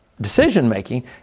decision-making